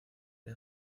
des